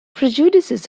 prejudices